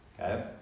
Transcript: Okay